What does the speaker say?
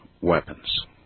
weapons